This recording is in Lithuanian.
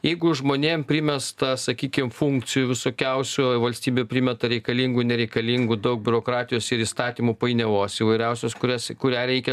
jeigu žmonėm primesta sakykim funkcijų visokiausių valstybė primeta reikalingų nereikalingų daug biurokratijos ir įstatymų painiavos įvairiausios kurias kurią reikia